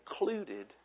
included